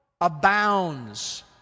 abounds